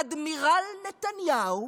האדמירל נתניהו?